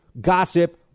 gossip